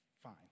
fine